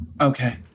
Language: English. Okay